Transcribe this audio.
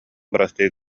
бырастыы